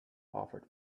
offered